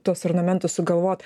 tuos ornamentus sugalvot